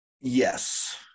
Yes